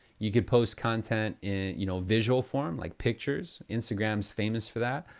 you could post content in you know visual form, like pictures. instagram's famous for that.